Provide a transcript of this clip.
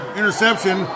interception